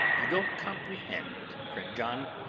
you don't comprehend, friend john.